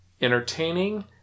entertaining